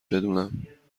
بدونم